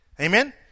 Amen